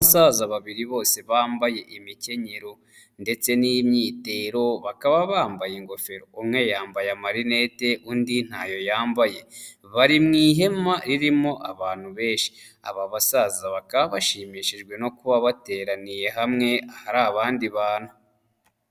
Abasaza babiri bose bambaye imikenyero ndetse n'imyitero bakaba bambaye ingofero, umwe yambaye amarinete undi ntayo yambaye, bari mu ihema ririmo abantu benshi, aba basaza baka bashimishijwe no kuba bateraniye hamwe hari abandi bantu.